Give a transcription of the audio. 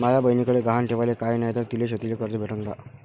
माया बयनीकडे गहान ठेवाला काय नाही तर तिले शेतीच कर्ज भेटन का?